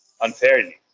unfairly